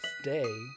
stay